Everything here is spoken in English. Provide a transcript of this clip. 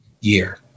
year